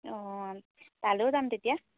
অঁ তালৈয়ো যাম তেতিয়া